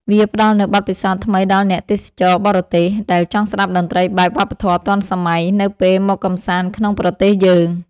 វាផ្ដល់នូវបទពិសោធន៍ថ្មីដល់អ្នកទេសចរបរទេស ដែលចង់ស្ដាប់តន្ត្រីបែប វប្បធម៌ទាន់សម័យ នៅពេលមកកម្សាន្តក្នុងប្រទេសយើង។